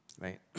right